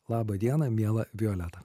laba diena miela violeta